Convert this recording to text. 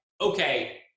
okay